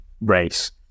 race